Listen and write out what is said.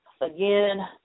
again